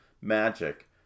Magic